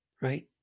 Right